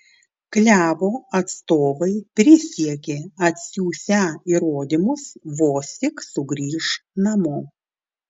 klevo atstovai prisiekė atsiųsią įrodymus vos tik sugrįš namo